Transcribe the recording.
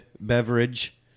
beverage